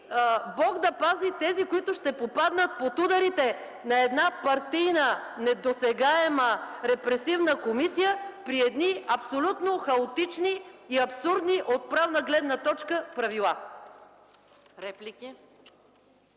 Бог да пази тези, които ще попаднат под ударите на една партийна, недосегаема, репресивна комисия, при едни абсолютно хаотични и абсурдни от правна гледна точка правила.